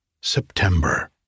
September